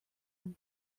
and